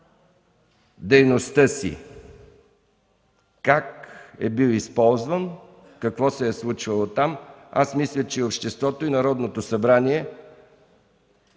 дейността си, как е бил използван, какво се е случвало там. Аз мисля, че и обществото, и Народното събрание